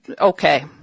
Okay